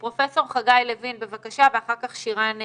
פרופ' חגי לוין, בבקשה, ואחר כך שירן שמחי.